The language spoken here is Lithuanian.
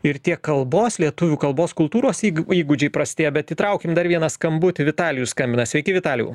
ir tie kalbos lietuvių kalbos kultūros įg įgūdžiai prastėja bet įtraukim dar vieną skambutį vitalijus skambina sveiki vitalijau